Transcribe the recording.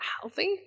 healthy